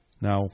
Now